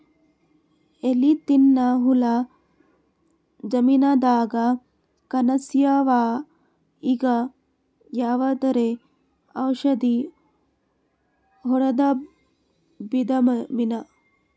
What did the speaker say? ಎಲಿ ತಿನ್ನ ಹುಳ ಜಮೀನದಾಗ ಕಾಣಸ್ಯಾವ, ಈಗ ಯಾವದರೆ ಔಷಧಿ ಹೋಡದಬಿಡಮೇನ?